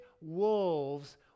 wolves